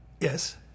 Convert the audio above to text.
Yes